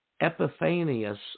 Epiphanius